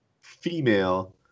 female